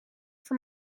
for